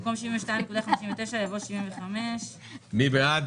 במקום 83.39 יבוא 88. מי בעד?